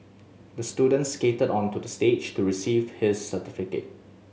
the student skated onto the stage to receive his certificate